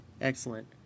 Excellent